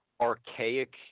archaic